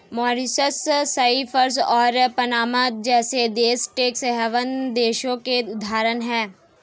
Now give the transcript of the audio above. Mauritius, Cyprus और Panama जैसे देश टैक्स हैवन देशों के उदाहरण है